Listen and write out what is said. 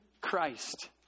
Christ